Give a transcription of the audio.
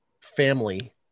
family